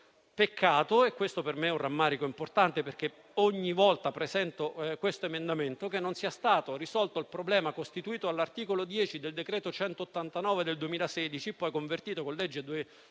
Peccato. È per me un rammarico importante - infatti ogni volta presento questo emendamento - che non sia stato risolto il problema costituito dall'articolo 10 del decreto n. 189 del 2016, poi convertito nella legge n.